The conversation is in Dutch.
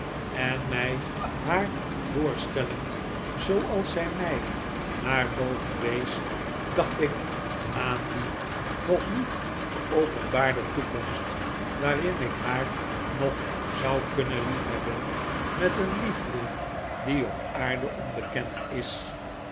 en mij haar voorstellend zooals zij mij naar boven wees dacht ik aan die nog niet geopenbaarde toekomst waarin ik haar nog zou kunnen liefhebben met een liefde die op aarde onbekend is